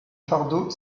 fardeau